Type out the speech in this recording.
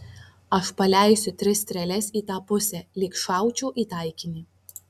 aš paleisiu tris strėles į tą pusę lyg šaučiau į taikinį